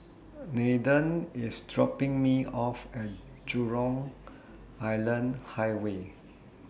Nathen IS dropping Me off At Jurong Island Highway